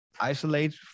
isolate